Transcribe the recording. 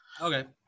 Okay